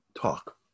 talk